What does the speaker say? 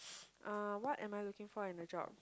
uh what am I looking for in a job